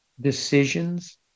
Decisions